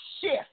shift